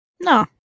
No